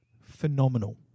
phenomenal